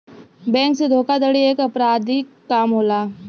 bank से धोखाधड़ी एक अपराधिक काम होला